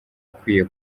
akwiye